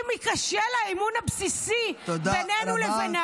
אם ייכשל האמון הבסיסי בינינו לבינם,